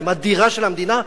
עם הדירה של המדינה,